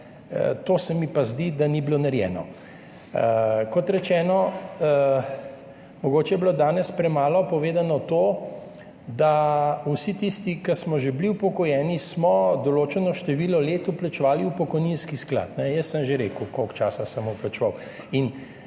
pa se mi zdi, da ni bilo narejeno. Kot rečeno, mogoče je bilo danes premalo povedano to, da smo vsi tisti, ki smo že bili upokojeni, določeno število let vplačevali v pokojninski sklad. Jaz sem že rekel, koliko časa sem vplačeval.